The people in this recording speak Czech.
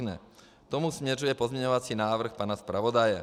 K tomu směřuje pozměňovací návrh pana zpravodaje.